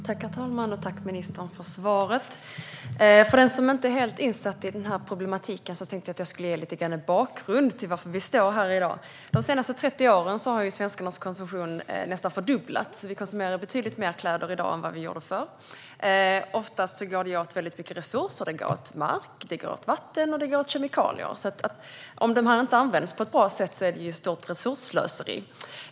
Herr talman! Tack, ministern, för svaret! För den som inte är helt insatt i den här problematiken tänkte jag ge en bakgrund till varför vi står här i dag. De senaste 30 åren har svenskarnas konsumtion nästan fördubblats. Vi konsumerar betydligt mer kläder i dag än vi gjorde förr. Oftast går det åt väldigt mycket resurser - det går åt mark, vatten och kemikalier. Om det här inte används på ett bra sätt är det ett stort resursslöseri.